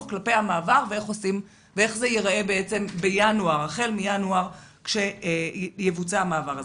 כלפי המעבר ואיך זה ייראה החל מינואר כשיבוצע המעבר הזה.